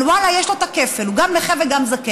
אבל ואללה, יש לו את הכפל: הוא גם נכה וגם זקן.